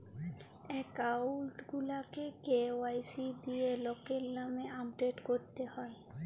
account গুলাকে KYC দিঁয়ে লকের লামে আপডেট ক্যরতে হ্যয়